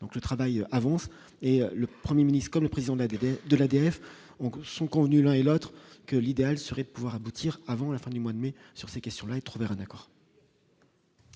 donc le travail avance et le 1er ministre et le président de la DDE de la dérive, on coupe sont convenus, l'un et l'autre que l'idéal serait de pouvoir aboutir avant la fin du mois de mai sur ces questions-là et trouver un accord.